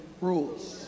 rules